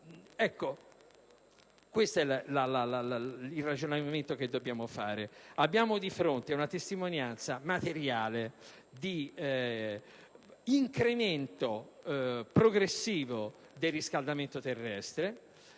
locale. Questo è il ragionamento che dobbiamo fare. Abbiamo di fronte una testimonianza materiale di incremento progressivo del riscaldamento terrestre